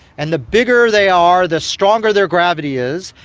and the bigger they are, the stronger their gravity is,